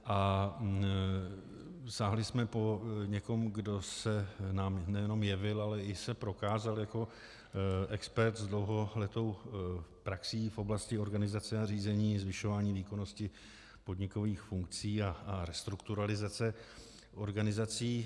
A sáhli jsme po někom, kdo se nám nejenom jevil, ale i se prokázal jako expert s dlouholetou praxí v oblasti organizace a řízení, zvyšování výkonnosti podnikových funkcí a restrukturalizace organizací.